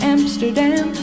Amsterdam